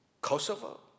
Kosovo